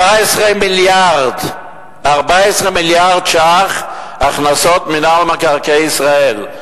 14 מיליארד ש"ח הכנסות מינהל מקרקעי ישראל.